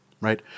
right